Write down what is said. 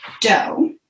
dough